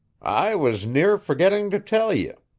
i was near forgetting to tell ye.